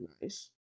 nice